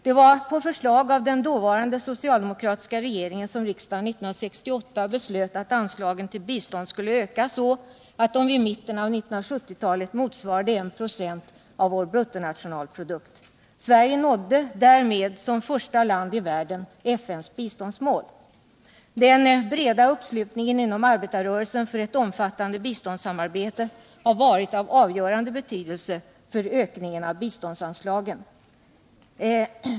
Det var på förslag av den dåvarande soeialdemokratiska regeringen som riksdagen 1968 beslöt att anslagen till bistånd skulle öka så att de i mitten av 1970-talet motsvarade 1 6 av bruttonationalprodukten. Vi nådde därmed som första land i världen FN:s biståndsmål. Den breda uppslutningen inom arbetarrörelsen för ett omfattande biståndssamarbete har varit av avgörande betydelse för ökningen av biståndsanslagen.